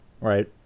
Right